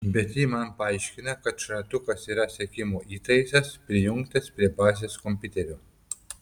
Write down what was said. bet ji man paaiškina kad šratukas yra sekimo įtaisas prijungtas prie bazės kompiuterio